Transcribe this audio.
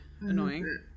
annoying